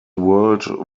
world